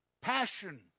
passion